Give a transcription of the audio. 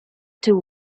too